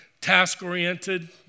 task-oriented